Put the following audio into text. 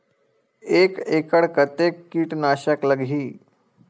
एक एकड़ कतेक किट नाशक लगही?